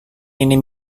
ini